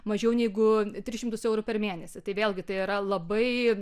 mažiau negu tris šimtus eurų per mėnesį tai vėlgi tai yra labai